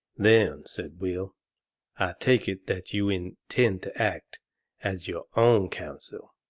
then, said will, i take it that you intend to act as your own counsel?